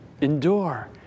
Endure